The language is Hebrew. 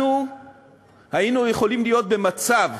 אנחנו היינו יכולים להיות במצב,